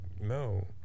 no